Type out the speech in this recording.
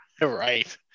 Right